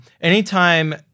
anytime